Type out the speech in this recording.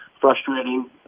frustrating